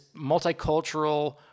multicultural